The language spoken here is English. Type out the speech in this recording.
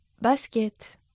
Basket